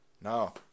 No